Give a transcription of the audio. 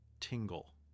tingle